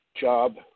job